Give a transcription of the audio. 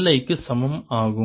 LI க்கு சமம் ஆகும்